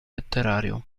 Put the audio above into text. letterario